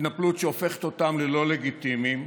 התנפלות שהופכת אותם ללא לגיטימיים,